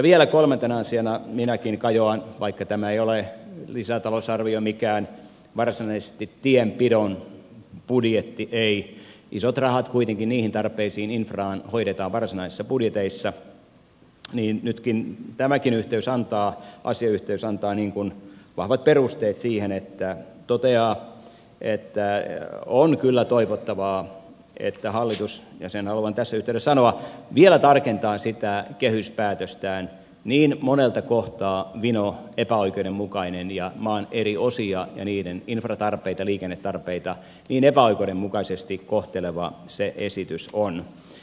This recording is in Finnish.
vielä kolmantena asiana minäkin kajoan vaikka tämä lisätalousarvio ei ole varsinaisesti mikään tienpidon budjetti ei isot rahat kuitenkin niihin tarpeisiin infraan hoidetaan varsinaisissa budjeteissa niin nyt tämäkin asiayhteys antaa siihen vahvat perusteet siihen että on kyllä toivottavaa että hallitus ja sen haluan tässä yhteydessä sanoa vielä tarkentaa sitä kehyspäätöstään niin monelta kohtaa vino epäoikeudenmukainen ja maan eri osia ja niiden infratarpeita liikennetarpeita niin epäoikeudenmukaisesti kohteleva se esitys on